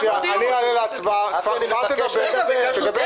מצידי גם תיקחו עוזרים נוספים כדי שתעמיסו עוד